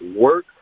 work